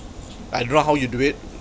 I don't know how you do it